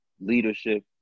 leadership